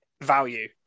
value